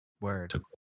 Word